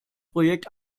projekt